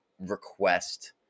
request